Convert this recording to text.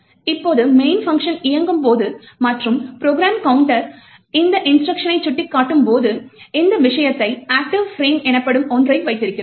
இப்போது main function இயங்கும் போது மற்றும் ப்ரோக்ராம் கவுண்டர் இந்த இன்ஸ்ட்ருக்ஷனை சுட்டிக்காட்டும்போது இந்த விஷயத்தை ஆக்ட்டிவ் ஃபிரேம் எனப்படும் ஒன்றை வைத்திருக்கிறோம்